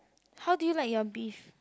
how do you like your beef